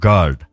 God